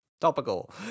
Topical